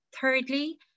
Thirdly